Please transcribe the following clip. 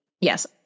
Yes